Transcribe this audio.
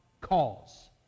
cause